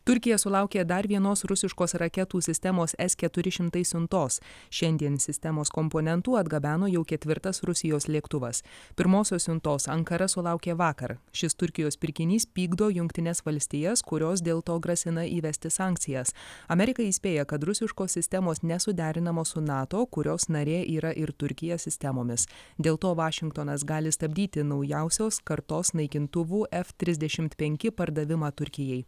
turkija sulaukė dar vienos rusiškos raketų sistemos es keturi šimtai siuntos šiandien sistemos komponentų atgabeno jau ketvirtas rusijos lėktuvas pirmosios siuntos ankara sulaukė vakar šis turkijos pirkinys pykdo jungtines valstijas kurios dėl to grasina įvesti sankcijas amerika įspėja kad rusiškos sistemos nesuderinamos su nato kurios narė yra ir turkija sistemomis dėl to vašingtonas gali stabdyti naujausios kartos naikintuvų ef trisdešimt penki pardavimą turkijai